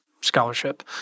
scholarship